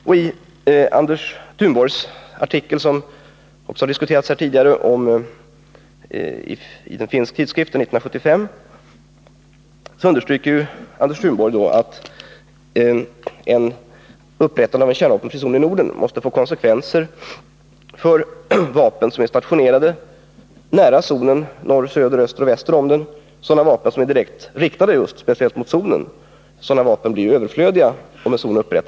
Och i Anders Thunborgs artikel i en finsk tidskrift 1975, som också har diskuterats tidigare i debatten, underströks att upprättandet av en kärnvapenfri zon i Norden får konsekvenser för vapen som är stationerade nära zonen — norr, söder, öster och väster om den — och som är direkt riktade mot zonen. Sådana vapen blir ju överflödiga, om en zon upprättas.